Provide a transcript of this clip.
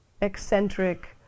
eccentric